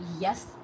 Yes